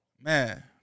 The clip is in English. man